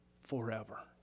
forever